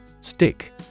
Stick